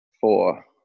four